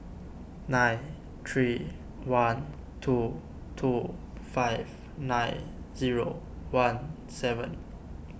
nine three one two two five nine zero one seven